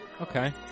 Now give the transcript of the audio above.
Okay